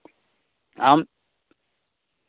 ᱟᱢ